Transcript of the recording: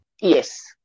Yes